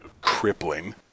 crippling